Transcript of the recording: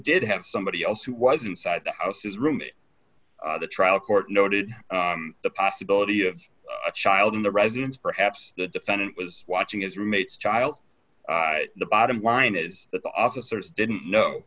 did have somebody else who was inside the house his room in the trial court noted the possibility of a child in the residence perhaps the defendant was watching his roommate's child the bottom line is that the officers didn't kno